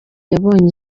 yabonye